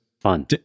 fun